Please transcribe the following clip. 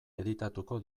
editatuko